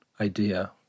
idea